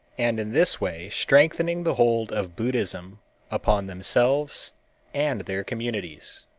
and in this way strengthening the hold of buddhism upon themselves and their communities.